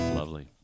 Lovely